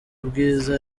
bwiza